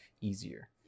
easier